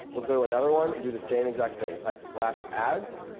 let's go to another one and do the same exact thing. type ads.